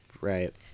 Right